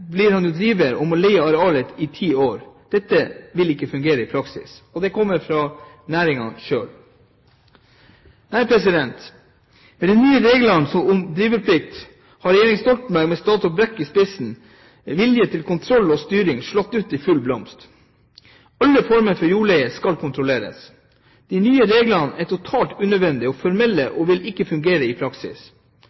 blir han jo driver, og må leie arealet i 10 år. Dette vil ikke fungere i praksis.» Dette kommer fra næringen selv. Nei, med de nye reglene om driveplikt har regjeringen Stoltenbergs, med statsråd Brekk i spissen, vilje til kontroll og styring slått ut i full blomst. Alle former for jordleie skal kontrolleres. De nye reglene er totalt unødvendige og formelle